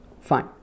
Fine